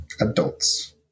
adults